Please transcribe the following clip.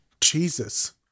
Jesus